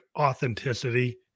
authenticity